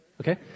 Okay